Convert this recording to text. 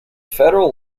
federal